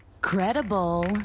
Credible